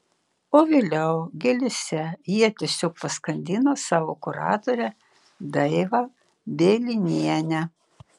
o vėliau gėlėse jie tiesiog paskandino savo kuratorę daivą bielinienę